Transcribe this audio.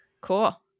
Cool